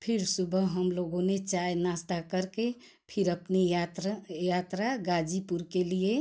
फिर सुबह हम लोगों ने चाय नाश्ता करके फिर अपनी यात्रा यात्रा गाजीपुर के लिए